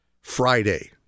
Friday